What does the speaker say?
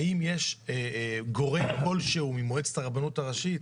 האם יש גורם כל שהוא ממועצת הרבנות הראשית,